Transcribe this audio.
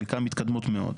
חלקן מתקדמות מאוד,